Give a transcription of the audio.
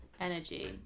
energy